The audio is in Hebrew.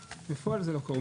בפועל זה לא קורה.